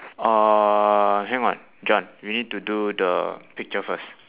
uh hang on john we need to do the picture first